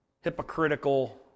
hypocritical